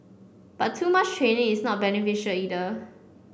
but too much training is not beneficial either